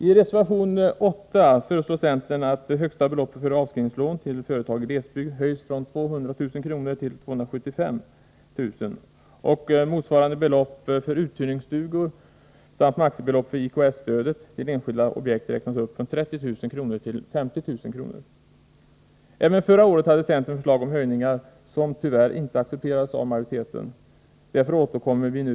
I reservation 8 föreslår centern att högsta beloppet för avskrivningslån till företag i glesbygd höjs från 200 000 kr. till 275 000 kr. och att motsvarande belopp för uthyrningsstugor samt maximibeloppet för IKS-stödet till enskilda objekt räknas upp från 30 000 till 50 000 kr. Även förra året hade centern förslag om höjningar som tyvärr inte accepterades av majoriteten. Därför återkommer vi nu.